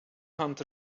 hunt